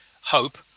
hope